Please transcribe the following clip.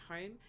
home